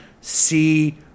see